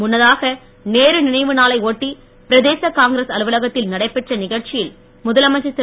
முன்னதாக நேரு நினைவு நாளை ஒட்டி பிரதேச காங்கிரஸ் அலுவலகத்தில் நடைபெற்ற நிகழ்ச்சியில் முதலமைச்சர் திரு